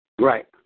Right